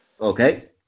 okay